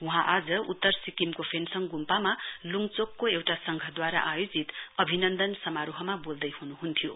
वहाँ आज उत्तर सिक्किमको गोञ्छेन फेन्सोङ गुम्पामा लुङचोकको एउटा संघद्वारा आयोजित अभिनन्दन समारोहमा बोल्दै हुनुहुन्थ्यो